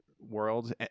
world